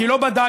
כי לא בדקתי,